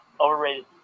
overrated